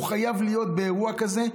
הוא חייב להיות באירוע כזה,